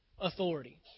authority